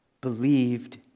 believed